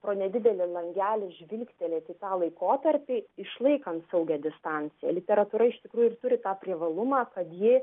pro nedidelį langelį žvilgtelėti į tą laikotarpį išlaikant saugią distanciją literatūra iš tikrųjų ir turi tą privalumą kad ji